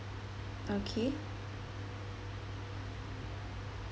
okay